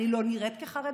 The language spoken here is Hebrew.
אני לא נראית חרדית.